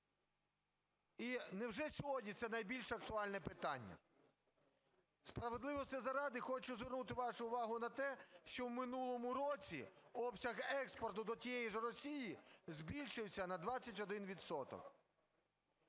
І невже сьогодні це найбільш актуальне питання? Справедливості заради хочу звернути вашу увагу на те, що в минулому році обсяг експорту до тієї ж Росії збільшився на 21